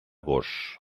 gos